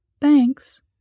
Thanks